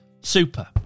super